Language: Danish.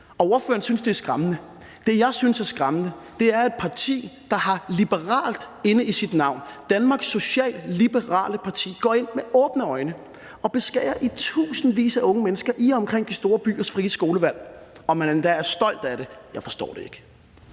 Ordføreren synes, det er skræmmende. Det, jeg synes er skræmmende, er, at et parti, der har »liberalt« i sit navn – Danmarks socialliberale parti – går ind med åbne øjne og beskærer i tusindvis af unge menneskers frie skolevalg i og omkring de store byer, og at man endda er stolt af det. Jeg forstår det ikke.